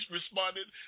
responded